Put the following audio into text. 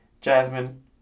Jasmine